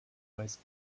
meist